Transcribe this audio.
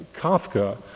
Kafka